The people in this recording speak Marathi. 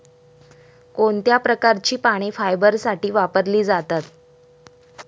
कोणत्या प्रकारची पाने फायबरसाठी वापरली जातात?